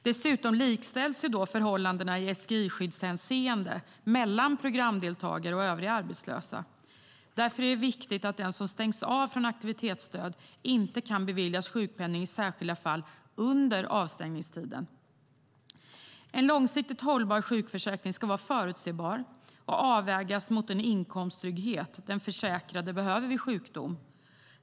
Dessutom likställs förhållandena i SGI-skyddshänseende mellan programdeltagare och övriga arbetslösa. Därför är det viktigt att den som stängs av från aktivitetsstöd inte kan beviljas sjukpenning i särskilda fall under avstängningstiden. En långsiktigt hållbar sjukförsäkring ska vara förutsebar och avvägas mot den inkomsttrygghet den försäkrade behöver vid sjukdom.